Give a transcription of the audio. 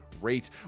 rate